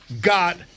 got